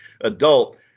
adult